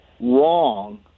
wrong